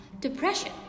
Depression